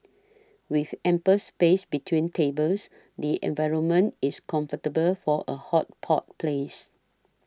with ample space between tables the environment is comfortable for a hot pot place